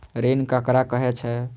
ऋण ककरा कहे छै?